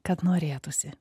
kad norėtųsi